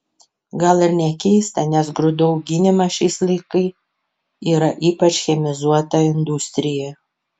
gal ir nekeista nes grūdų auginimas šiais laikai yra ypač chemizuota industrija